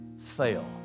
fail